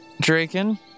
Draken